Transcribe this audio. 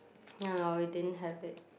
ya lor we didn't have it